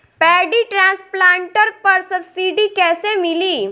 Paddy transplanter पर subsidy कैसे मिली?